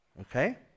Okay